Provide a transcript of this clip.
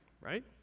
right